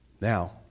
Now